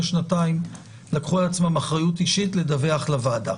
שנתיים לקחו על עצמם אחריות אישית לדווח לוועדה.